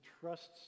trusts